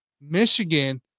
Michigan